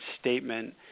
statement